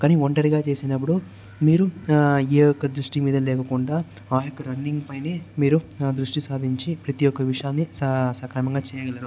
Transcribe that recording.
కానీ ఒంటరిగా చేసినప్పుడు మీరు ఏ ఒక్క దృష్టి మీద లేకుండా ఆ యొక్క రన్నింగ్ పైనే మీరు దృష్టి సాధించి ప్రతి ఒక్క విషయాన్ని సక్రమంగా చేయగలరు